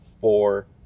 four